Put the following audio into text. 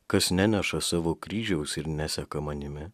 kas neneša savo kryžiaus ir neseka manimi